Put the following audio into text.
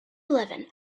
eleven